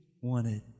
wanted